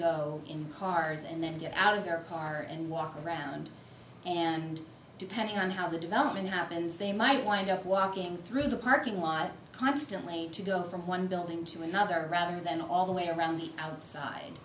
go in cars and then get out of their car and walk around and depending on how the development happens they might want to go walking through the parking lot constantly to go from one building to another rather than all the way around the outside